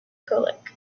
colic